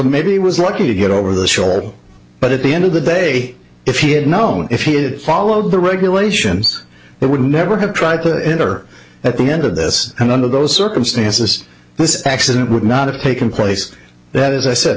he was lucky to get over the short but at the end of the day if he had known if he had followed the regulations they would never have tried to enter at the end of this and under those circumstances this accident would not have taken place that as i said